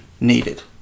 needed